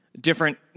different